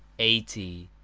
eighty,